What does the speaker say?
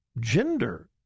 Gender